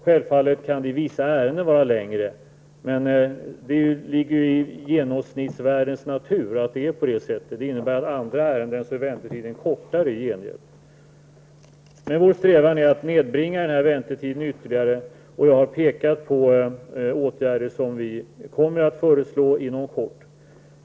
Självfallet kan det i vissa ärenden vara längre, men det ligger i genomsnittsvärdets natur att det är så. Det innebär att i andra ärenden är väntetiden kortare i gengäld. Vår strävan är att nedbringa väntetiderna ytterligare. Jag har pekat på åtgärder som vi kommer att föreslå inom kort.